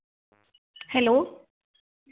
hello